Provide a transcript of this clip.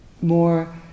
more